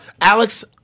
Alex